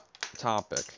topic